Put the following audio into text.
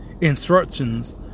instructions